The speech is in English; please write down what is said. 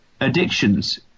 addictions